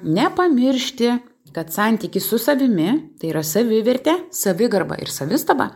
nepamiršti kad santykis su savimi tai yra savivertė savigarba ir savistaba